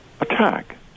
attack